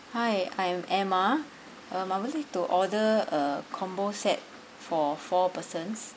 hi I am emma um I would like to order a combo set for four persons